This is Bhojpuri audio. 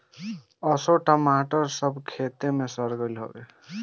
असो टमाटर सब खेते में सरे लागल हवे